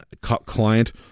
client